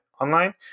online